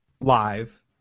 live